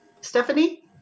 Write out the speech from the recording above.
Stephanie